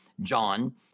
John